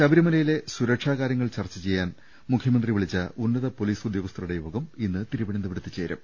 ശബരിമലയിലെ സുരക്ഷാകാര്യങ്ങൾ ചർച്ച ചെയ്യാൻ മുഖ്യമന്ത്രി വിളിച്ച ഉന്നത പൊലീസ് ഉദ്യോഗസ്ഥരുടെ യോഗം ഇന്ന് തിരുവനന്തപുരത്ത് ചേരും